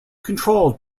controlled